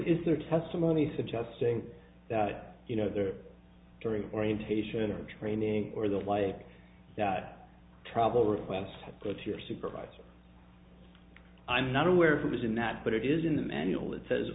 is their testimony suggesting that you know there during orientation or training or the like that trouble requests go to your supervisor i'm not aware who was in that but it is in the manual it says